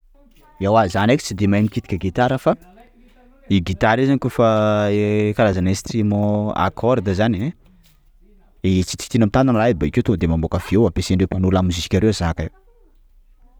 Ewa za ndreka tsy de mahay mikitika gitara fa i gitara io zany kôfa karazana instrument a corde zany e ein! _x000D_ E tsitsitsihana amin'ny tanana raha io bakeo to de mamoaka feo ampiasan-dreo mpanao lamozika reo zaka io.